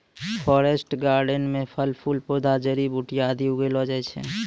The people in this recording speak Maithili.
फॉरेस्ट गार्डेनिंग म फल फूल पौधा जड़ी बूटी आदि उगैलो जाय छै